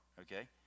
okay